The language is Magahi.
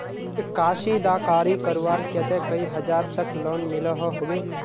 कशीदाकारी करवार केते कई हजार तक लोन मिलोहो होबे?